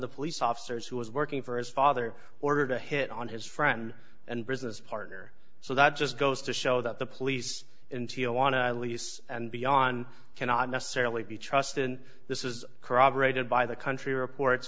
the police officers who was working for his father ordered a hit on his friend and business partner so that just goes to show that the police in tijuana i lease and beyond cannot necessarily be trusted and this is corroborated by the country